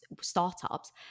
startups